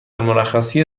مرخصی